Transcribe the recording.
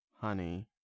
honey